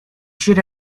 should